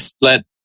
let